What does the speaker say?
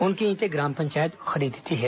उनकी ईंटे ग्राम पंचायत खरीदती है